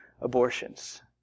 abortions